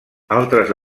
altres